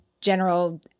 general